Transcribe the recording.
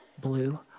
Blue